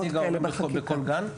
נציג ההורים בכל גן?